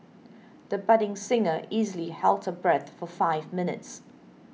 the budding singer easily held her breath for five minutes